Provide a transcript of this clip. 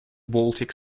baltic